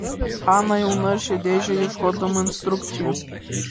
hana jau naršė dėžę ieškodama instrukcijų